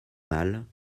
mâles